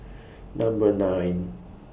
Number nine